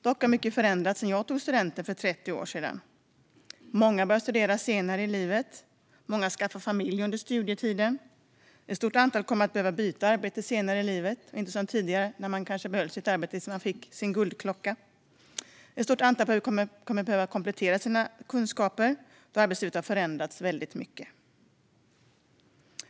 Mycket har dock förändrats sedan jag tog studenten för 30 år sedan. Många börjar studera senare i livet. Många skaffar familj under studietiden. Ett stort antal kommer att behöva byta arbete senare i livet. Det är inte som tidigare då man kanske behöll samma arbete tills man fick sin guldklocka. Ett stort antal behöver komplettera sina kunskaper då arbetslivet har förändrats väldigt mycket.